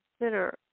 consider